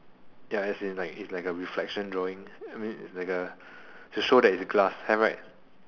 ya as in like is like a reflection drawing to show that it's glass have right